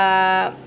their